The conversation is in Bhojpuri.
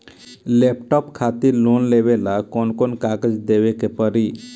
लैपटाप खातिर लोन लेवे ला कौन कौन कागज देवे के पड़ी?